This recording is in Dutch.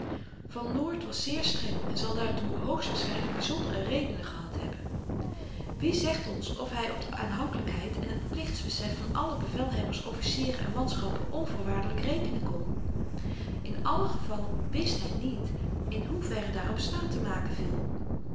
van noort was zeer streng en zal daartoe hoogstwaarschynlyk byzondere redenen gehad hebben wie zegt ons of hy op de aanhankelykheid en t plichtsbesef van alle bevelhebbers officieren en manschappen onvoorwaardelyk rekenen kon in allen geval wist hy niet in hoe verre daarop staat te maken viel